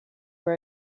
were